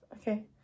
okay